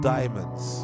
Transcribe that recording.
Diamonds